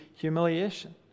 Humiliation